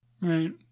right